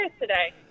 today